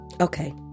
Okay